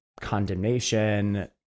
condemnation